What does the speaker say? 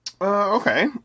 Okay